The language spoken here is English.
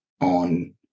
on